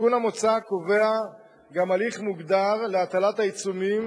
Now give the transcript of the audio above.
התיקון המוצע קובע גם הליך מוגדר להטלת העיצומים,